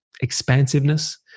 expansiveness